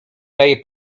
daje